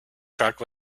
truck